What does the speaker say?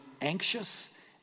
anxious